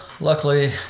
Luckily